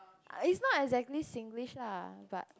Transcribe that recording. is not exactly Singlish lah but